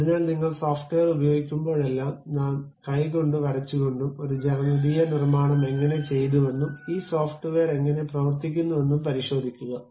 അതിനാൽ നിങ്ങൾ സോഫ്റ്റ്വെയർ ഉപയോഗിക്കുമ്പോഴെല്ലാം നാം കൈകൊണ്ട് വരച്ചുകൊണ്ടും ഒരു ജ്യാമിതീയ നിർമ്മാണം എങ്ങനെ ചെയ്തുവെന്നും ഈ സോഫ്റ്റ്വെയർ എങ്ങനെ പ്രവർത്തിക്കുന്നുവെന്നും പരിശോധിക്കുക